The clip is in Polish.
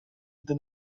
gdy